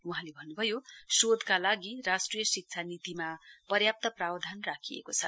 वहाँले भन्नुभयो शोधका लागि राष्ट्रिय सिक्षा नीतिमा पर्याप्त प्रावधान राखिएको छ